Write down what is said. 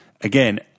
again